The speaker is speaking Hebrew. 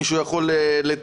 מישהו יכול לתקן.